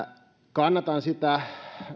kannatan sitä